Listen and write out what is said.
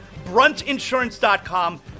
Bruntinsurance.com